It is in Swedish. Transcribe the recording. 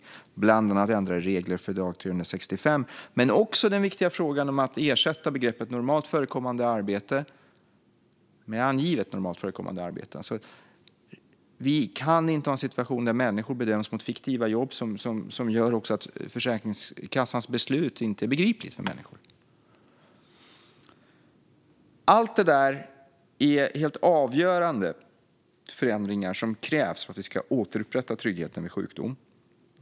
Det gäller bland annat ändrade regler för dag 365. Det handlar också om den viktiga frågan att ersätta begreppet "normalt förekommande arbete" med "angivet normalt förekommande arbete". Vi kan inte ha en situation där människor bedöms mot fiktiva jobb, vilket också gör att Försäkringskassans beslut inte blir begripligt för människor. Allt det där är helt avgörande förändringar som krävs för att vi ska återupprätta tryggheten vid sjukdom.